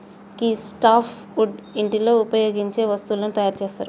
గీ softwood ఇంటిలో ఉపయోగించే వస్తువులను తయారు చేస్తరు